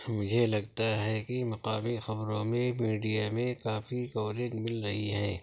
مجھے لگتا ہے کہ مقامی خبروں میں میڈیا میں کافی کوریج مل رہی ہے